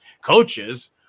Coaches